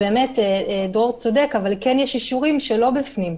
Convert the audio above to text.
דרור צודק, אבל כן יש אישורים שלא בפנים.